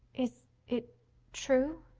is it true?